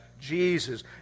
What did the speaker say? Jesus